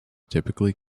typically